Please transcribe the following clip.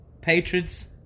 Patriots